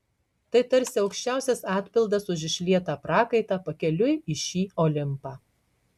tai tarsi aukščiausias atpildas už išlietą prakaitą pakeliui į šį olimpą